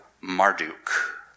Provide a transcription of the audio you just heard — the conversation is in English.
Marduk